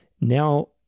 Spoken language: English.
now